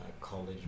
college